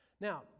Now